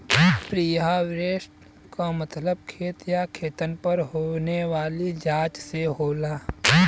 preharvest क मतलब खेत या खेतन पर होने वाली जांच से होला